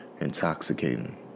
intoxicating